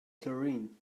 chlorine